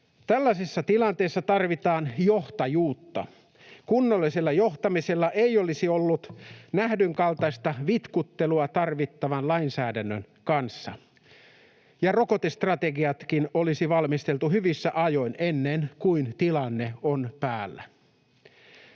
Tällaisessa tilanteessa tarvitaan johtajuutta. Kunnollisella johtamisella ei olisi ollut nähdyn kaltaista vitkuttelua tarvittavan lainsäädännön kanssa ja rokotestrategiatkin olisi valmisteltu hyvissä ajoin ennen kuin tilanne on päällä.